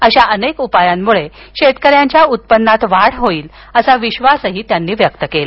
अशा अनेक उपायांमुळे शेतकऱ्यांच्या उत्पन्नात वाढ होईल असा विश्वासही त्यांनी व्यक्त केला